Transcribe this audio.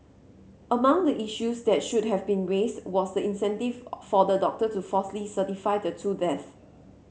among the issues that should have been raised was the incentive for the doctor to falsely certify the two deaths